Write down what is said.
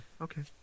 Okay